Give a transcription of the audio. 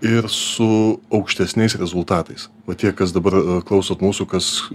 ir su aukštesniais rezultatais va tie kas dabar klausot mūsų kas